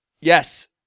Yes